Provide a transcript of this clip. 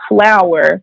flower